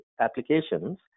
applications